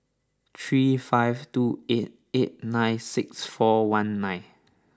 three five two eight eight nine six four one nine